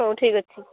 ହଉ ଠିକ୍ ଅଛି